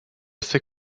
ses